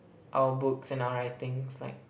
our books and our writings like